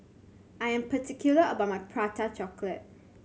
I am particular about my Prata Chocolate